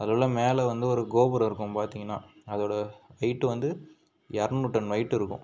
அதுலலாம் மேலே வந்து ஒரு கோபுரம் இருக்கும் பார்த்திங்கனா அதோட வெயிட்டு வந்து இறநூறு டன் வெயிட் இருக்கும்